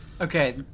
Okay